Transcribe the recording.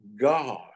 God